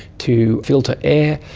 to filter air.